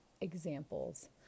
examples